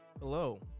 Hello